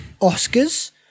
Oscars